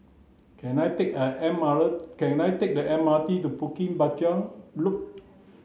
can I take the M R can I take the M R T to Bukit Panjang Loop